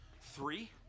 Three